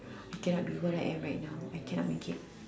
I cannot be where I am right now I cannot make it